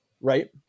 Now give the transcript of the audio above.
Right